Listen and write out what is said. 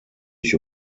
ich